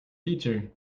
teacher